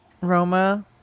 Roma